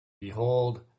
Behold